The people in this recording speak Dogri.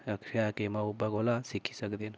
आखेआ कि माऊ बब्बै कोला सिक्खी सकदे न